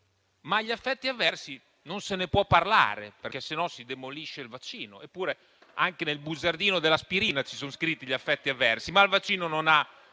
Degli effetti avversi non si può parlare, perché sennò si demolisce il vaccino. Eppure, anche nel bugiardino dell'aspirina sono descritti gli effetti avversi, ma il vaccino non ha